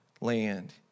land